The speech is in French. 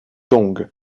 dong